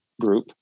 group